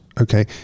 Okay